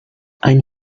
ein